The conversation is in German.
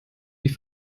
die